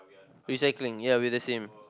recycling ya we're the same